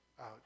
out